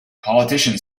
politician